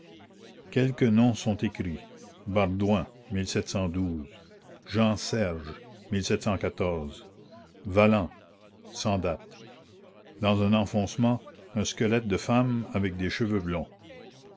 quelques noms sont écrits ardoin ean erge alent sans date dans un enfoncement un squelette de femme avec des cheveux blonds